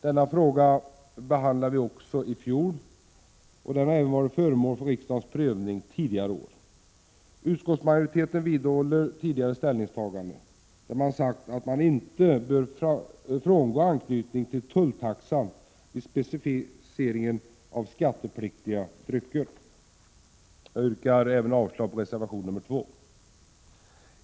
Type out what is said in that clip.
Denna fråga behandlade vi också i fjol, och den har varit föremål för riksdagens prövning även tidigare år. Utskottsmajoriteten står fast vid sitt tidigare ställningstagande, att man inte bör frångå anknytningen till tulltaxan vid specificeringen av skattepliktiga drycker. Jag yrkar avslag även på reservation nr 2.